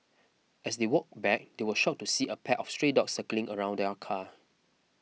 as they walked back they were shocked to see a pack of stray dogs circling around the car